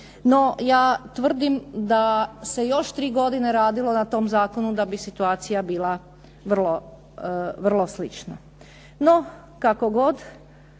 No, ja tvrdim da se još tri godine radilo na tom zakonu da bi situacija bila vrlo slična. No, kako god,